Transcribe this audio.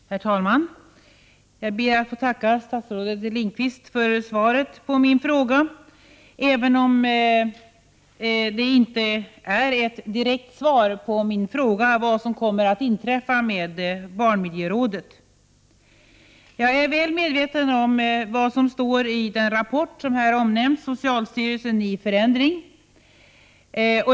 Herr talman! Jag ber att få tacka statsrådet Lindqvist för svaret på min fråga, även om det inte var ett direkt svar på min fråga — vad som kommer att hända med barnmiljörådet. Jag är väl medveten om vad som står i den rapport som här omnämns, Socialstyrelsen i förändring.